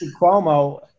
Cuomo